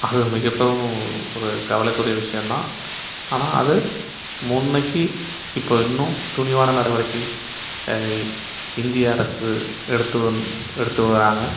அது மிகப்பெரும் ஒரு கவலைக்குரிய விஷயம்தான் ஆனால் அது முன்னைக்கு இப்போ இன்னும் துணிவான நடவடிக்கை இந்திய அரசு எடுத்து வந்து எடுத்து வராங்க